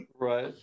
right